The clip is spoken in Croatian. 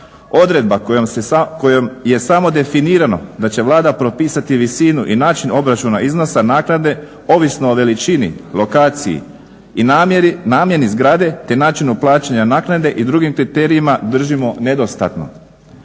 Odredba kojom je samo definirano da će Vlada propisati visinu i način obračuna iznosa naknade ovisno o veličini, lokaciji i namjeni zgrade, te načinu plaćanja naknade i drugim kriterijima držimo nedostatno.